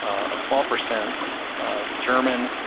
a small percent german,